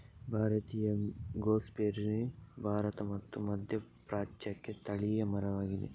ಭಾರತೀಯ ಗೂಸ್ಬೆರ್ರಿ ಭಾರತ ಮತ್ತು ಮಧ್ಯಪ್ರಾಚ್ಯಕ್ಕೆ ಸ್ಥಳೀಯ ಮರವಾಗಿದೆ